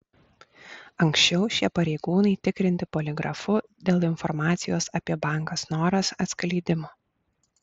anksčiau šie pareigūnai tikrinti poligrafu dėl informacijos apie banką snoras atskleidimo